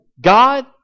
God